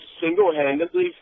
single-handedly